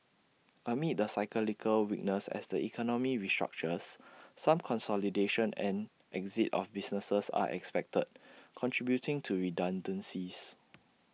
amid the cyclical weakness as the economy restructures some consolidation and exit of businesses are expected contributing to redundancies